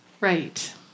Right